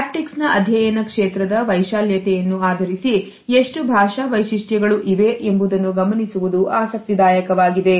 happy ಕ್ಸ್ನ ಅಧ್ಯಯನ ಕ್ಷೇತ್ರದ ವೈಶಾಲ್ಯತೆಯನ್ನು ಆಧರಿಸಿ ಎಷ್ಟು ಭಾಷಾವೈಶಿಷ್ಟ್ಯಗಳು ಇವೆ ಎಂಬುದನ್ನು ಗಮನಿಸುವುದು ಆಸಕ್ತಿದಾಯಕವಾಗಿದೆ